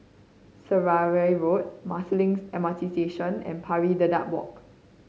Seraya Road Marsiling M R T Station and Pari Dedap Walk